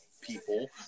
people